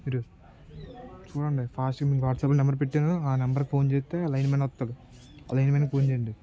మీరు చూడండి ఫాస్ట్గా మీకు వాట్సాప్లో నెంబర్ పెట్టాను ఆ నెంబర్కు ఫోన్ చేస్తే లైన్మెన్ వస్తాడు ఆ లైన్మెన్కి ఫోన్ చేయండి